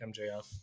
MJF